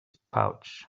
pouch